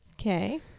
okay